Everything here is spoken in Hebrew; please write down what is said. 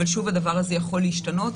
אבל שוב הדבר הזה יכול להשתנות.